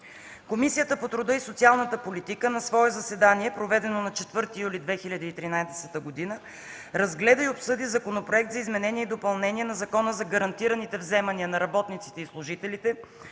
Комисията по труда и социалната политика на свое заседание, проведено на 4 юли 2013 г., разгледа и обсъди Законопроект за изменение и допълнение на Закона за гарантираните вземания на работниците и служителите